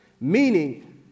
meaning